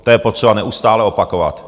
To je potřeba neustále opakovat.